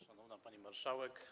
Szanowna Pani Marszałek!